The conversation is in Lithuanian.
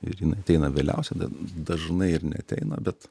ir inai ateina vėliausia dažnai ir neateina bet